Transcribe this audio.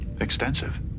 Extensive